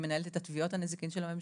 זאת שמנהלת את תביעות הנזיקין של הממשלה.